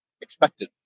expected